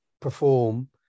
perform